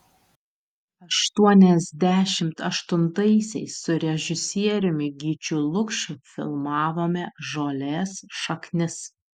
aštuoniasdešimt aštuntaisiais su režisieriumi gyčiu lukšu filmavome žolės šaknis